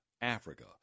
Africa